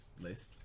list